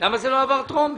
למה זה לא עבר קריאה טרומית?